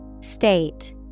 State